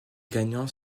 gagnants